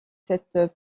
cette